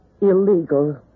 illegal